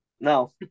No